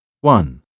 One